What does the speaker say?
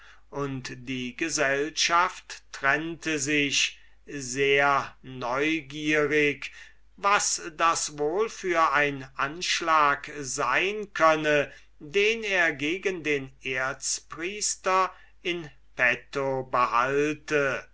und die gesellschaft trennte sich sehr neugierig was das wohl für ein anschlag sein könne den er gegen den erzpriester in petto behalte